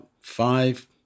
five